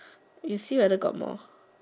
you see whether got more